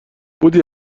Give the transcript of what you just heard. بودی